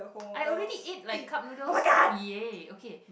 I already ate like cup noodles yay